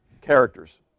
characters